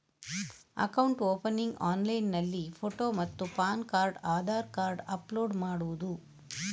Account opening ಆನ್ಲೈನ್ನಲ್ಲಿ photo ಮತ್ತು PAN card Aadhaar card upload ಮಾಡುವುದು?